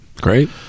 great